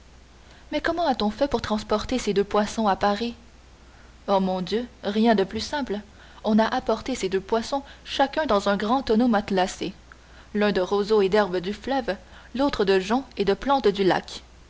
mais comment a-t-on fait pour transporter ces deux poissons à paris oh mon dieu rien de plus simple on a apporté ces deux poissons chacun dans un grand tonneau matelassé l'un de roseaux et d'herbes du fleuve l'autre de joncs et de plantes du lac